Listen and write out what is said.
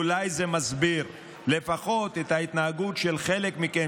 זה אולי מסביר לפחות את ההתנהגות של חלק מכם,